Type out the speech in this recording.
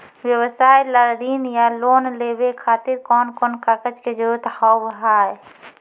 व्यवसाय ला ऋण या लोन लेवे खातिर कौन कौन कागज के जरूरत हाव हाय?